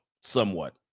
somewhat